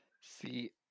See